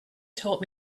taught